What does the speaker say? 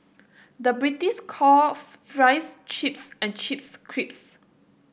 the British calls fries chips and chips crisps